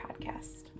Podcast